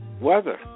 weather